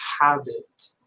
habit